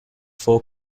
four